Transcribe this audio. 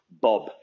Bob